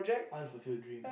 unfulfilled dream